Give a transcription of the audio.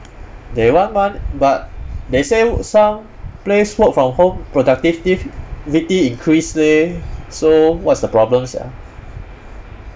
they want want but they say some place work from home productive ~tive ~vity increase leh so what's the problem sia